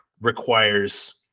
requires